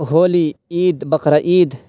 Holi Eid Bakrid